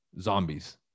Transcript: Zombies